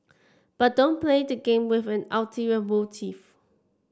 but don't play the game with an ulterior motive